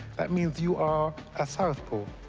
that means you are a southpaw.